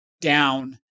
down